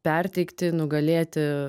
perteikti nugalėti